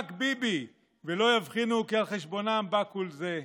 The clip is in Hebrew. רק ביבי, ולא יבחינו כי על חשבונם בא כל זה,